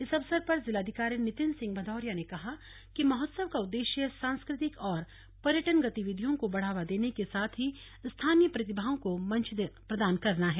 इस अवसर पर जिलाधिकारी नितिन सिंह भदौरिया ने कहा कि महोत्सव का उद्देश्य सांस्कृतिक और पर्यटन गतिविधियों को बढ़ावा देने के साथ ही स्थानीय प्रतिभाओं को मंच प्रदान करना है